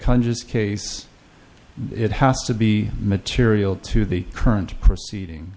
conscious case it has to be material to the current proceeding